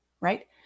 right